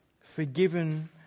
forgiven